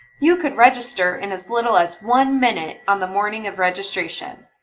you could register in as little as one minute on the morning of registration.